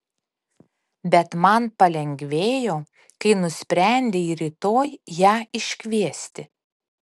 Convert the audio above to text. bet man palengvėjo kai nusprendei rytoj ją iškviesti